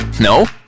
No